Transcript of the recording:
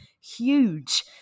Huge